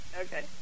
Okay